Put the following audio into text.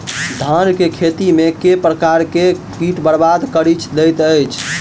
धान केँ खेती मे केँ प्रकार केँ कीट बरबाद कड़ी दैत अछि?